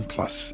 Plus